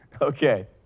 Okay